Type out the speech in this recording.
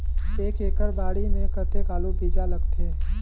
एक एकड़ बाड़ी मे कतेक आलू बीजा लगथे?